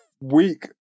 week